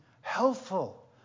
helpful